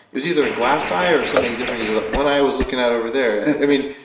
it was either a glass eye or something different because when i was looking at over there. i mean,